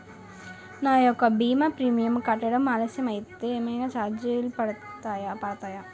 నా యెక్క భీమా ప్రీమియం కట్టడం ఆలస్యం అయితే ఏమైనా చార్జెస్ పడతాయా?